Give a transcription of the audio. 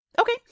Okay